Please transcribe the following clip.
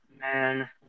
Man